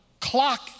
clock